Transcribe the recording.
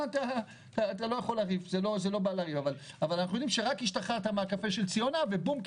אבל יודעים שרק השתחררת מהקפה של ציונה ובום,